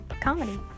comedy